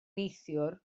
neithiwr